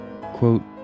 Quote